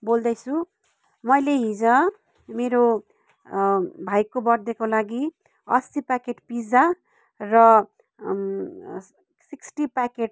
बोल्दैछु मैले हिजो मेरो भाइको बर्थडेको लागि अस्सी प्याकेट पिजा र सिक्सटी प्याकेट